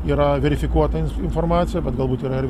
yra verifikuota informacija bet galbūt yra ir